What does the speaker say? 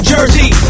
Jersey